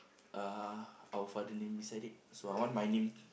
uh our father name beside it so I want my name